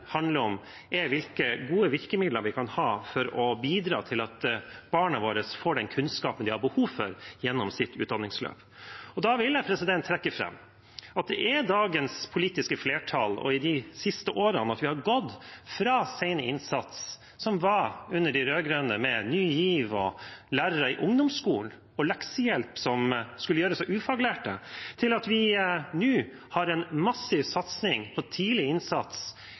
handlet om, er hvilke gode virkemidler vi kan ha for å bidra til at barna våre får den kunnskapen de har behov for, gjennom sitt utdanningsløp. Da vil jeg trekke fram at det er under dagens politiske flertall og i de siste årene vi har gått fra sen innsats, som vi hadde under de rød-grønne, med Ny GIV og lærere i ungdomsskolen og leksehjelp som skulle gjøres av ufaglærte, til at vi nå har en massiv satsing på tidlig innsats,